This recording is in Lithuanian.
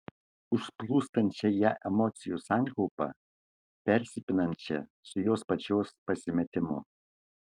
užplūstančią ją emocijų sankaupą persipinančią su jos pačios pasimetimu